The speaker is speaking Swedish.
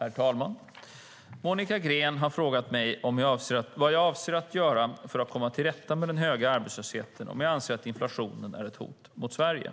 Herr talman! Monica Green har frågat mig vad jag avser att göra för att komma till rätta med den höga arbetslösheten och om jag anser att inflationen är ett hot för Sverige.